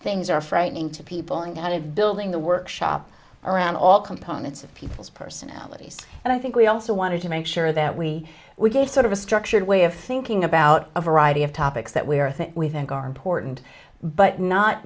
things are frightening to people and out of building the workshop around all components of people's personalities and i think we also wanted to make sure that we we gave sort of a structured way of thinking about a variety of topics that we are things we think are important but not